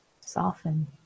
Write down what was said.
soften